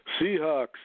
Seahawks